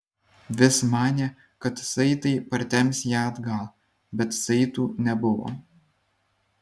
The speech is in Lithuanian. vis manė kad saitai partemps ją atgal bet saitų nebuvo